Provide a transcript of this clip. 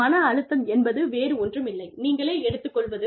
மன அழுத்தம் என்பது வேறு ஒன்றுமில்லை நீங்களே எடுத்துக்கொள்வது